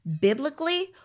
biblically